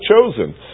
chosen